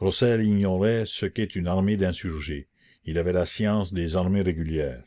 ce qu'est une armée d'insurgés il avait la science des armées régulières